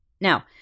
Now